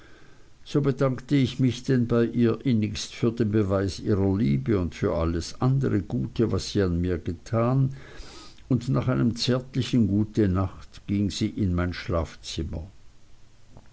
so bedankte ich mich denn bei ihr innigst für den beweis ihrer liebe und für alles andre gute was sie an mir getan und nach einem zärtlichen gutenacht ging sie in mein schlafzimmer